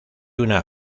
una